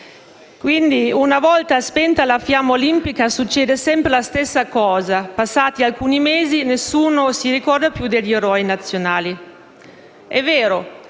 dicevo, una volta spenta la fiamma olimpica, succede però sempre la stessa cosa: passati alcuni mesi, nessuno si ricorda più degli eroi nazionali. È vero,